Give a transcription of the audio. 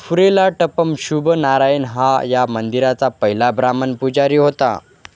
फुरैलाटपम शुभ नारायण हा या मंदिराचा पहिला ब्राह्मण पुजारी होता